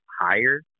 higher